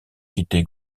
quitté